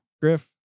Griff